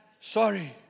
sorry